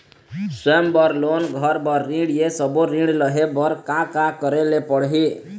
स्वयं बर लोन, घर बर ऋण, ये सब्बो ऋण लहे बर का का करे ले पड़ही?